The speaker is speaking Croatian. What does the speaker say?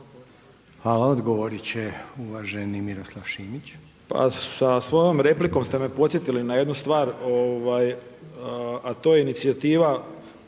lijepo. Odgovorit će uvaženi Miroslav Šimić.